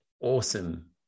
awesome